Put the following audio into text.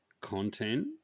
content